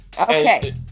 Okay